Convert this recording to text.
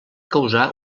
causar